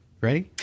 Ready